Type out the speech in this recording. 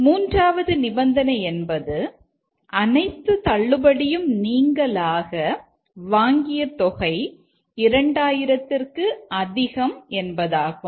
மூன்றாவது நிபந்தனை என்பது அனைத்து தள்ளுபடியும் நீங்கலாக வாங்கிய தொகை 2000 ற்கு அதிகம் என்பதாகும்